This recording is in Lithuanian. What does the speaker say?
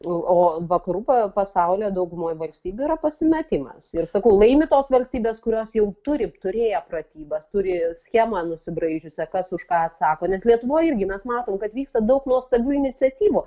o vakarų pasaulio daugumoj valstybių yra pasimetimas ir sakau laimi tos valstybės kurios jau turi turėjo pratybas turi schemą nusibraižiusios kas už ką atsako nes lietuvoj irgi mes matom kad vyksta daug nuostabių iniciatyvų